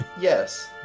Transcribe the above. Yes